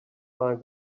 mind